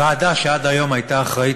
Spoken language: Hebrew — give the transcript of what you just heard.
ועדה שעד היום הייתה אחראית,